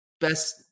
best